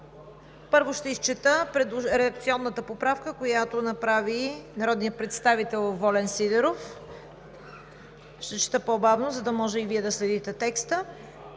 Първо, ще изчета редакционната поправка, която направи народният представител Волен Сидеров. Ще чета по-бавно, за да може и Вие да следите текста.